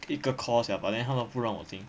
一个 course liao but then 他们不让我进